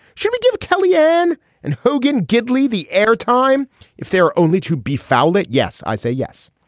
should we give kellyanne and hogan gidley the airtime if they are only to be found it. yes i say yes.